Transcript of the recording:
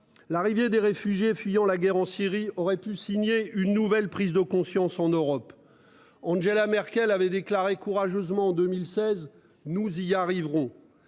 l'arrivée des réfugiés fuyant la guerre en Syrie aurait pu signer une nouvelle prise de conscience en Europe. Angela Merkel avait déclaré courageusement en 2016, nous y arriverons.